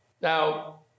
Now